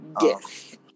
Yes